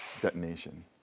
detonation